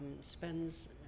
spends